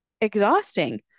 exhausting